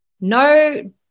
no